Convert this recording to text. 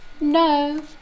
No